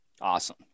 awesome